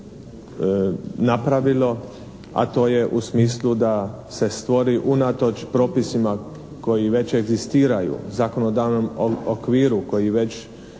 a to je u smislu da se stvori unatoč propisima koji već egzistiraju, zakonodavnom okviru koji već je doista